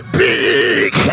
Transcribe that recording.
big